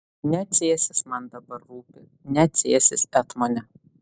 ne cėsis man dabar rūpi ne cėsis etmone